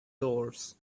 doors